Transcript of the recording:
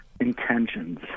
intentions